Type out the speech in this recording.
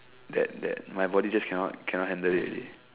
that that my body just cannot cannot handle it already